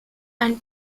and